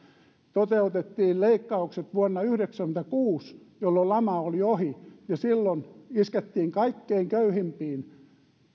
toteutettiin leikkaukset vuonna yhdeksänkymmentäkuusi jolloin lama oli ohi ja silloin iskettiin kaikkein köyhimpiin